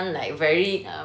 um break down